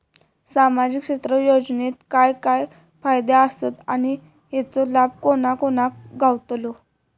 सामजिक क्षेत्र योजनेत काय काय फायदे आसत आणि हेचो लाभ कोणा कोणाक गावतलो?